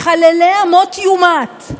מחלליה מות יומת".